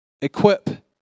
equip